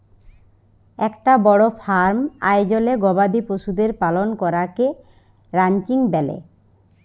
একটা বড় ফার্ম আয়জলে গবাদি পশুদের পালন করাকে রানচিং ব্যলে